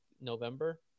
November